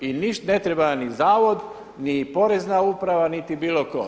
I ne treba vam ni zavod, ni Porezna uprava, niti bilo tko.